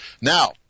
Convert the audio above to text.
now